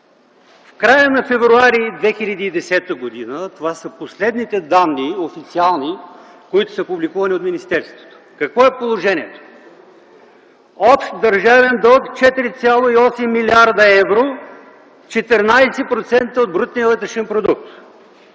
В края на м. февруари 2010 г. (това са последните официални данни, които са публикувани от министерството) какво е положението? Общ държавен дълг – 4,8 млрд. евро, 14% от брутния вътрешен продукт.